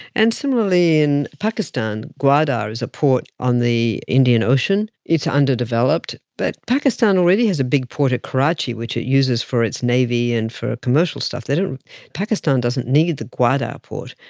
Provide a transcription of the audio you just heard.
and similarly in pakistan. gwadar is a port on the indian ocean, it's underdeveloped, but pakistan already has a big port at karachi which it uses for its navy and for commercial stuff. and pakistan doesn't need the gwadar port,